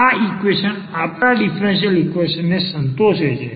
આ ઈક્વેશન આપણા differential equation ને સંતોષે છે